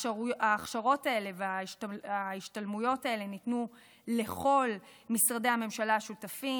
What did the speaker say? ההכשרות האלה וההשתלמויות האלה ניתנו לכל משרדי הממשלה השותפים,